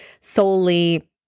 solely